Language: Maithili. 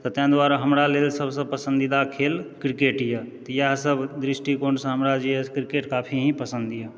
तऽ ताहि दुआरे हमरा लेल सभसँ पसन्दीदा खेल क्रिकेट यऽ इएहसभ दृष्टिकोणसँ हमरा जे यऽ क्रिकेट काफी ही पसन्द यऽ